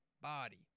body